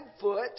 foot